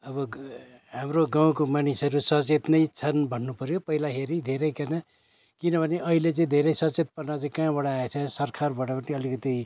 अब हाम्रो गाउँको मानिसहरू सचेत नै छन् भन्नु पऱ्यो पहिला हेरी धेरैकन किनभने अहिले चाहिँ धेरै सचेतपना चाहिँ कहाँबाट आएछ सरकारबाट पनि अलिकति